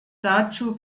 dazu